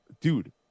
dude